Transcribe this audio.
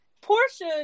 Portia